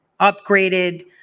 upgraded